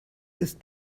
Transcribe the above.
ist